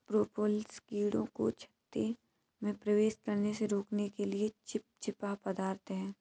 propolis कीड़ों को छत्ते में प्रवेश करने से रोकने के लिए चिपचिपा पदार्थ है